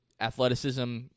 athleticism